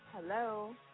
Hello